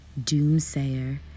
doomsayer